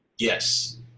Yes